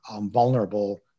vulnerable